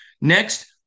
Next